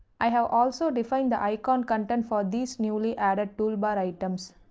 i have also defined the icon content for these newly added toolbar items.